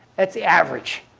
that's the average.